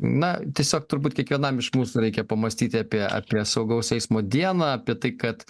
na tiesiog turbūt kiekvienam iš mūsų reikia pamąstyti apie apie saugaus eismo dieną apie tai kad